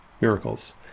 miracles